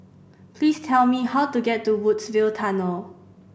please tell me how to get to Woodsville Tunnel